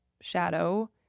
Shadow